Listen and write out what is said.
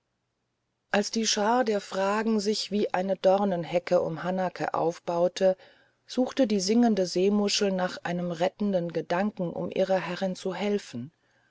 als die schar der fragen sich wie eine dornenhecke um hanake aufbaute suchte die singende seemuschel nach einem rettenden gedanken um ihrer herrin zu helfen